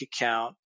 account